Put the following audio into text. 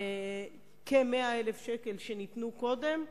כ-100,000 ש"ח שניתנו קודם,